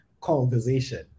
conversation